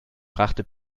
brachte